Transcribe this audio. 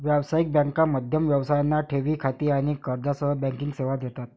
व्यावसायिक बँका मध्यम व्यवसायांना ठेवी खाती आणि कर्जासह बँकिंग सेवा देतात